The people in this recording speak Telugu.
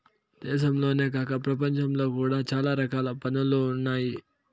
దేశంలోనే కాక ప్రపంచంలో కూడా చాలా రకాల పన్నులు ఉన్నాయి